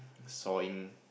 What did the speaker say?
sawing